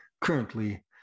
currently